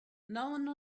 none